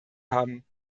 haben